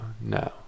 no